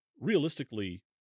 realistically